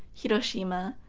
hiroshima,